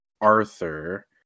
Arthur